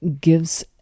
gives